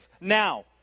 now